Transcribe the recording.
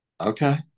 Okay